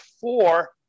four